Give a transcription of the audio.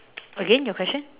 again your question